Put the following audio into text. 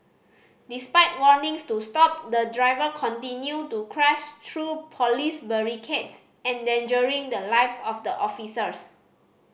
despite warnings to stop the driver continued to crash through police barricades endangering the lives of the officers